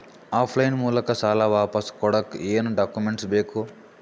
Of line ಮೂಲಕ ಸಾಲ ವಾಪಸ್ ಕೊಡಕ್ ಏನು ಡಾಕ್ಯೂಮೆಂಟ್ಸ್ ಕೊಡಬೇಕು?